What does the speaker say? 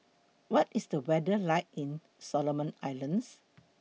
What IS The weather like in Solomon Islands